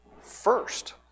first